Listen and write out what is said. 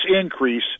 increase